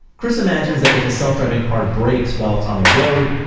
chris imagines that if a self-driving car breaks while it's on the road,